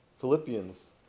Philippians